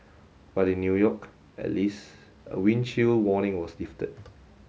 but in New York at least a wind chill warning was lifted